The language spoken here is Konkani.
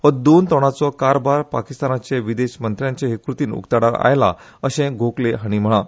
हो दोन तोणाचो कारभार पाकिस्तानाचे विदेश मंत्र्याचे हे कृतीन उक्ताडार आयला अशेय गोखले हाणी म्हळा